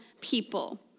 people